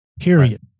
Period